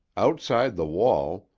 outside the wall,